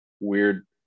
weird